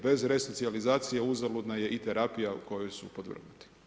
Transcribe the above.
Bez resocijalizacije uzaludna je i terapija kojoj su podvrgnuti.